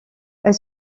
elle